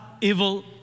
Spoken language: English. evil